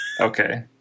Okay